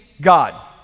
God